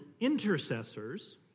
intercessors